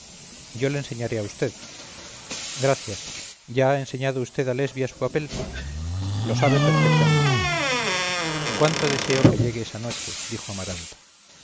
yo le enseñaré a vd gracias ya ha enseñado vd a lesbia su papel lo sabe perfectamente cuánto deseo que llegue esa noche dijo amaranta